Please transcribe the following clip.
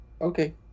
Okay